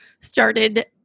started